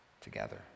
together